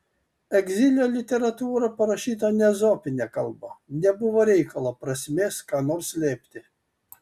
egzilio literatūra parašyta ne ezopine kalba nebuvo reikalo prasmės ką nors slėpti